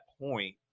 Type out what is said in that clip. point